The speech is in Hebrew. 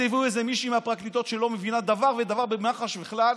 אז הביאו איזו מישהי מהפרקליטות שלא מבינה דבר וחצי דבר במח"ש ובכלל,